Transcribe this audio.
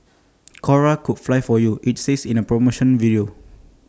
cora could fly for you IT says in A promotional video